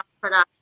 production